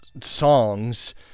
songs